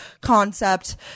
concept